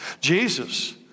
Jesus